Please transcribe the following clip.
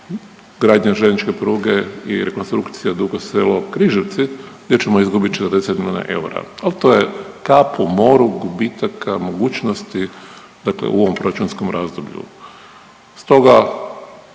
gradnja željezničke pruge i rekonstrukcija Dugo selo – Križevci gdje ćemo izgubiti 40 milijona eura, ali to je kap u moru gubitaka mogućnosti dakle u ovom proračunskom razdoblju.